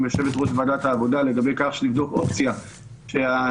יושבת-ראש ועדת העבודה לגבי כך שנבדוק אופציה שהעניין